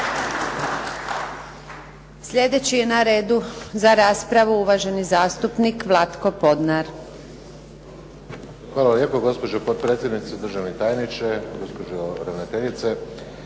Sljedeći je na redu za raspravu uvaženi zastupnik Vlatko Podnar. **Podnar, Vlatko (SDP)** Hvala lijepa gospođo potpredsjednice, državni tajniče, gospođo ravnateljice.